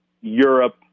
Europe